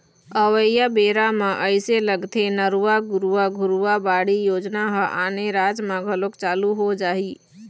अवइया बेरा म अइसे लगथे नरूवा, गरूवा, घुरूवा, बाड़ी योजना ह आने राज म घलोक चालू हो जाही